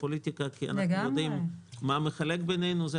הפוליטיקה כי אנחנו יודעים מה מחלק בינינו.